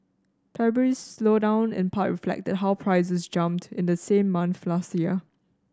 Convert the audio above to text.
February's slowdown in part reflected how prices jumped in the same month last year